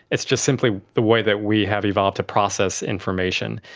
it's just simply the way that we have evolved to process information.